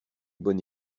bonne